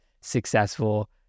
successful